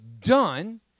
done